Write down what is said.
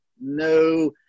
No